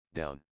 down